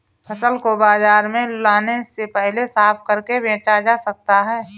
फसल को बाजार में लाने से पहले साफ करके बेचा जा सकता है?